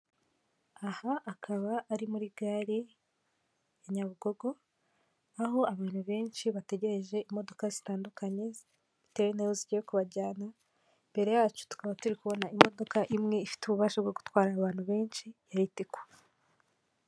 Aha akaba ari muri gare ya Nyabugogo, aho abantu benshi bategereje imodoka zitandukanye bitewe naho zigiye kubajyana. Imbere yacu tukaba turi kubona imodoka imwe ifite ububasha bwo gutwara abantu benshi ya Litico.